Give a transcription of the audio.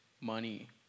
money